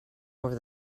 over